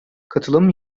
katılım